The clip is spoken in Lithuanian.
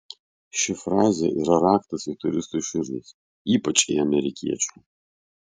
ši frazė yra raktas į turistų širdis ypač į amerikiečių